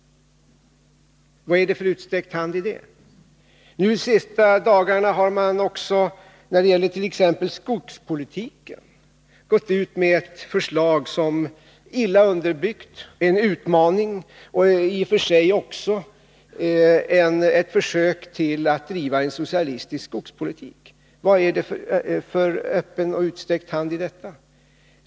Vad är det för utsträckt hand i det? De senaste dagarna har man när det gäller skogspolitiken gått ut med ett förslag som är illa underbyggt, som är en utmaning och som i och för sig också är ett försök att driva en socialistisk skogspolitik. Vad är det för öppen och utsträckt hand i detta?